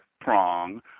prong